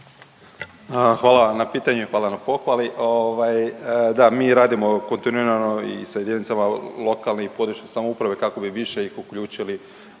Hvala na pitanju, hvala na pohvali. Da, mi radimo kontinuirano i sa jedinicama lokalne i područne samouprave kako bi više ih uključili